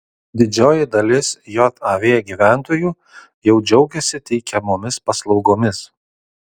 didžioji dalis jav gyventojų jau džiaugiasi teikiamomis paslaugomis